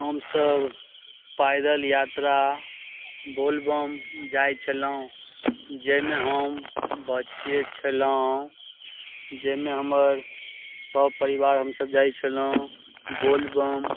हमसब पैदल यात्रा बोलबम जाइ छलहुॅं जाहिमे हम बच्चे छलहुॅं जाहिमे हमर सब परिवार हमसब जाय छलहुॅं बोलबम